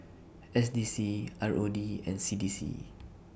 S D C R O D and C D C